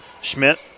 Schmidt